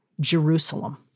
Jerusalem